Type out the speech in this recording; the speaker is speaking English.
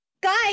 guys